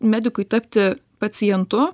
medikui tapti pacientu